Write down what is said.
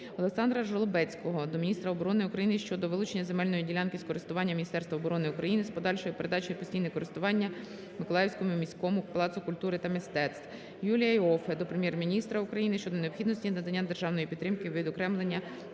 Олександра Жолобецького до міністра оборони України щодо вилучення земельної ділянки з користування Міністерства оборони України з подальшою передачею у постійне користування Миколаївському міському палацу культури та мистецтв. Юлія Іоффе до Прем'єр-міністра України щодо необхідності надання державної підтримки Відокремленим